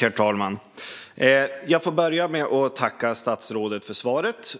Herr talman! Jag tackar statsrådet för svaret.